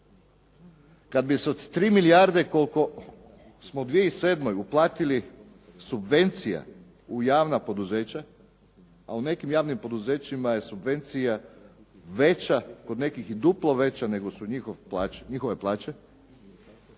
Kad bi se od 3 milijarde koliko smo u 2007. uplatili subvencija u javna poduzeća a u nekim javnim poduzećima je subvencija veća, kod nekih i duplo veća nego su njihove plaće